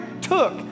took